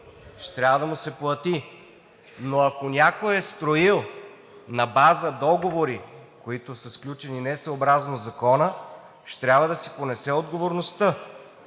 ще трябва да му се плати, но когато някой е строил на база договори, които са сключени не съобразно закона, ще трябва да си понесе отговорността.